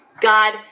God